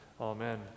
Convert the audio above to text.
Amen